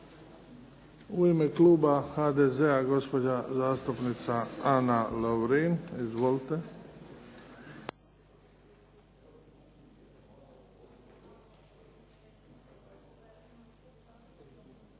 U ime kluba HDZ-a gospođa zastupnica Ana Lovrin. Izvolite.